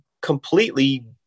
completely